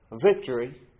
victory